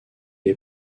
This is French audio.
est